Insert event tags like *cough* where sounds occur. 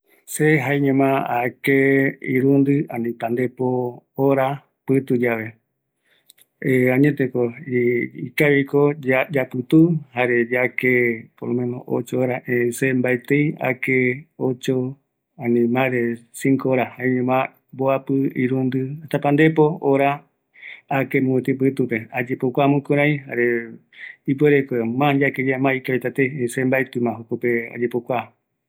﻿Se jaeñoma ake irundi ani pandepo hora pituye *hesitation* añete ko ikavi ko yaputu jare yake por lo menos ocho horas erei se mbaetei ake ocho ani ma de cinco hora jaeñoma mboapi irundi hasta pandepo hora ake mopeti pitupe pe ayepokua ma jukurei jare ipuere ko ma yakeye ma ikavitatei erei se mbaeti ma jukurei ayepokua